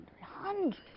hundred